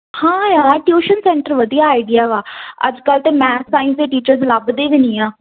ਹਾਂ ਯਾਰ tuition centre ਵਧੀਆ ਆਈਡੀਆ ਵਾ ਅੱਜ ਕੱਲ੍ਹ ਤਾਂ ਮੈਥ ਸਾਇੰਸ ਦੇ ਟੀਚਰਜ ਲੱਭਦੇ ਵੀ ਨਹੀਂ ਆ